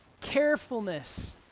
carefulness